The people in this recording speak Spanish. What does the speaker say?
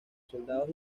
soldados